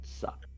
suck